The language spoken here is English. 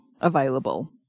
available